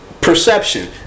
perception